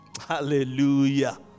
Hallelujah